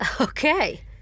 Okay